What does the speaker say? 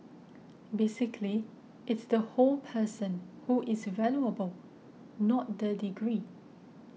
basically it's the whole person who is valuable not the degree